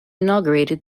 inaugurated